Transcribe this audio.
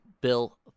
Bill